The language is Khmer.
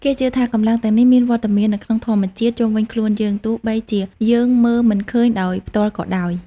គេជឿថា កម្លាំងទាំងនេះមានវត្តមាននៅក្នុងធម្មជាតិជុំវិញខ្លួនយើង ទោះបីជាយើងមើលមិនឃើញដោយផ្ទាល់ក៏ដោយ។